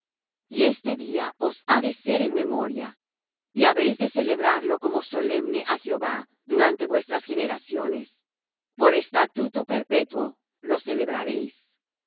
y este día os ha de ser en memoria y habéis de celebrarlo como solemne á jehová durante vuestras generaciones por estatuto perpetuo lo celebraréis siete